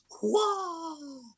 whoa